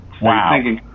Wow